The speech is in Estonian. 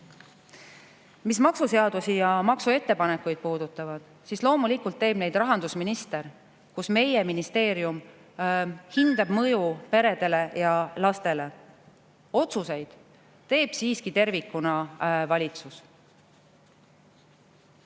maksuseadusi ja maksuettepanekuid puudutab, siis loomulikult teeb neid rahandusminister, ning meie ministeerium hindab mõju peredele ja lastele. Otsuseid teeb siiski tervikuna valitsus. Ja